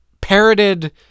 parroted